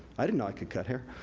i didn't know i could cut hair.